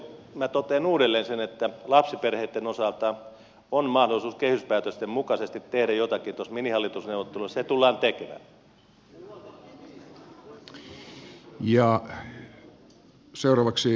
minä totean uudelleen sen että lapsiperheitten osalta on mahdollisuus kehyspäätösten mukaisesti tehdä jotakin noissa minihallitusneuvotteluissa ja tullaan tekemään